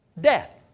death